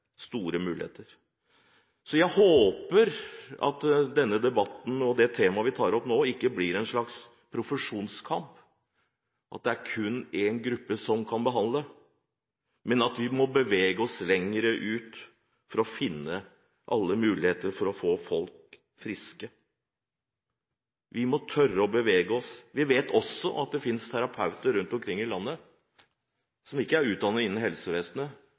temaet vi nå tar opp, ikke blir en slags profesjonskamp, at det kun er én gruppe som kan behandle, men at vi kan bevege oss lenger ut for å finne alle muligheter for å få folk friske. Vi må tørre å bevege oss. Vi vet også at det finnes terapeuter rundt omkring i landet som ikke er utdannet innen helsevesenet,